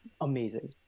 amazing